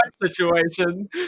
Situation